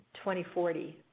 2040